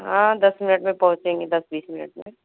हाँ दस मिनट में पहुंचेंगे दस बीस मिनट में